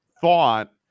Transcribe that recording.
thought